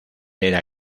era